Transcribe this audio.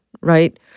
right